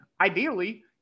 ideally